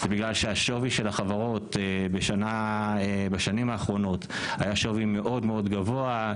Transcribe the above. זה בגלל שהשווי של החברות בשנים האחרונות היה שווי מאוד גבוה,